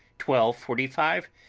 twelve forty five,